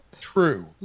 True